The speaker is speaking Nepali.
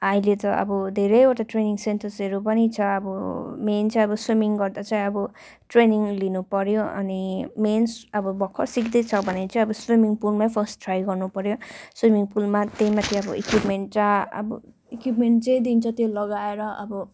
अहिले त अब धेरैवटा ट्रेनिङ सेन्टरहरू पनि छ अब मेन चाहिँ स्विमिङ गर्दा चाहिँ अब ट्रेनिङ लिन पर्यो अनि मेन अब भर्खर सिक्दैछ भने चाहिँ स्विमिङ पुलमै फर्स्ट ट्राई गर्नु पर्यो स्विमिङ पुलमा त्यही माथि इक्विपमेन्ट चा अब इक्विपमेन्ट जे दिन्छ अब त्यो लगाएर अब